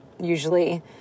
usually